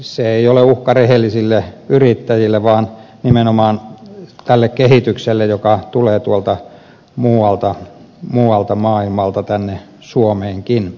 se ei ole uhka rehellisille yrittäjille vaan nimenomaan tälle kehitykselle joka tulee tuolta muualta maailmalta tänne suomeenkin